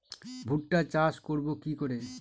ভুট্টা চাষ করব কি করে?